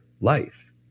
life